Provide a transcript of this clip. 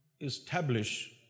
establish